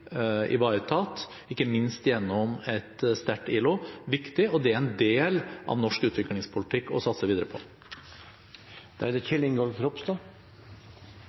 ivaretatt, ikke minst gjennom et sterkt ILO, og det er det en del av norsk utviklingspolitikk å satse videre på. Jeg vil takke for et godt innlegg. Det